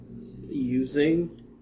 Using